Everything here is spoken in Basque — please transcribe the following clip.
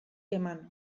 eman